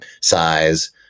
size